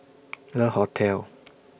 Le Hotel